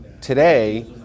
today